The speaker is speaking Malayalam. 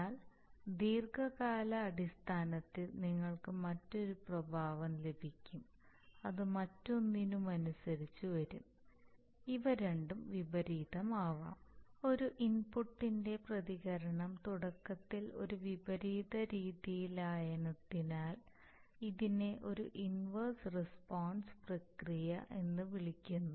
എന്നാൽ ദീർഘകാലാടിസ്ഥാനത്തിൽ നിങ്ങൾക്ക് മറ്റൊരു പ്രഭാവം ലഭിക്കും അത് മറ്റൊന്നിനനുസരിച്ച് വരും ഇവരണ്ടും വിപരീതം ആവാം ഒരു ഇൻപുട്ടിന്റെ പ്രതികരണം തുടക്കത്തിൽ ഒരു വിപരീത രീതിയിലായതിനാൽ ഇതിനെ ഒരു ഇൻവർസ് റസ്പോൺസ് പ്രക്രിയ എന്ന് വിളിക്കുന്നു